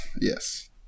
yes